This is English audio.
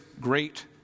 great